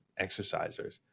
exercisers